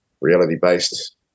reality-based